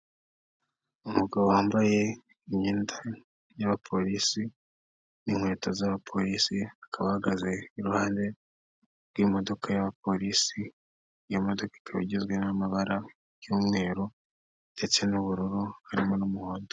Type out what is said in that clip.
Umugabo wambaye imyenda y'abapolisi n'inkweto z'abapolisi, akaba ahahagaze iruhande rw'imodoka y'abapolisi, iyo modoka ikaba igizwe n'amabara y'umweru ndetse n'ubururu, harimo n'umuhondo.